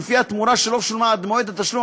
ולפיה תמורה שלא שולמה עד למועד התשלום